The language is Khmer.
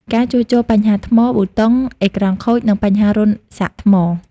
ការជួសជុលបញ្ហាថ្ម ប៊ូតុង អេក្រង់ខូច និងបញ្ហារន្ធសាកថ្ម។